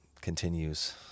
continues